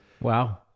Wow